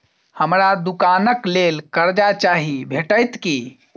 हमरा दुकानक लेल कर्जा चाहि भेटइत की?